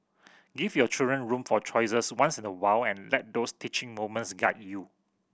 give your children room for choices once in a while and let those teaching moments guide you